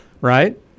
right